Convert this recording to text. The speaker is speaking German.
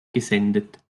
gesendet